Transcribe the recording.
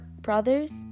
brothers